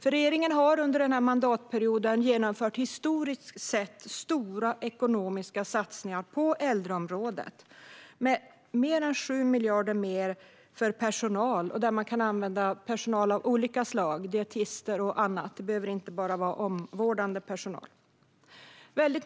Regeringen har under den här mandatperioden genomfört historiskt sett stora ekonomiska satsningar på äldreområdet med 7 miljarder mer för personal av olika slag, dietister och så vidare. Det behöver inte bara vara omvårdande personal.